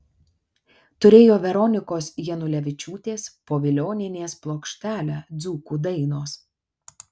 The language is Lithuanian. turėjo veronikos janulevičiūtės povilionienės plokštelę dzūkų dainos